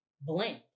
blend